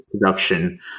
production